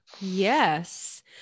Yes